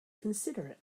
considerate